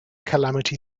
calamity